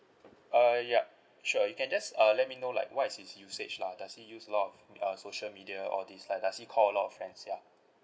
uh yup sure you can just uh let me know like what is his usage lah does he use a lot of uh social media all these like does he call a lot of friends yeah